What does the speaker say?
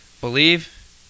believe